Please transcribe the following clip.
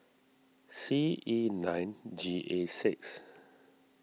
C E nine G A six